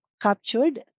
captured